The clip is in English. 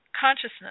consciousness